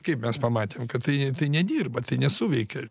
kaip mes pamatėm kad tai ne tai nedirba tai nesuveikia